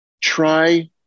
try